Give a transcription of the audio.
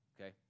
okay